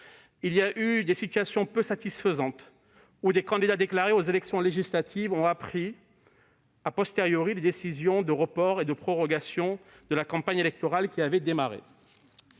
se sont révélées peu satisfaisantes, lorsque des candidats déclarés aux élections législatives ont appris les décisions de report et de prorogation de la campagne électorale qui avait démarré.